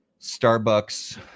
Starbucks